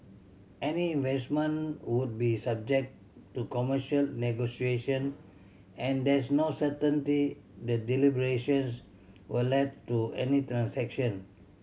any investment would be subject to commercial negotiation and there's no certainty the deliberations will le d to any transaction